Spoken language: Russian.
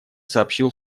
сообщил